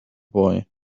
boy